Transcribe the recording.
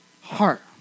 heart